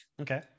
okay